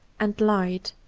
and light.